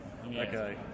Okay